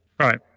Right